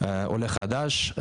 עולה חדש.